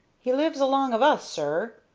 he lives along of us, sir,